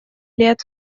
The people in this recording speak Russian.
лет